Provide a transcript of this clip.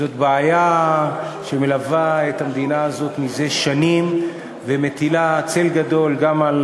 זאת בעיה שמלווה את המדינה הזאת מזה שנים ומטילה צל גדול גם על